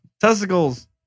testicles